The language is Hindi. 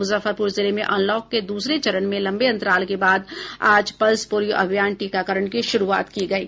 मुजफ्फरपुर जिले में अनलॉक के द्रसरे चरण में लंबे अंतराल के बाद आज पल्स पोलियो अभियान टीकाकरण की शुरूआत की गयी